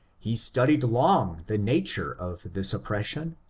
he studied long the nature of this oppression,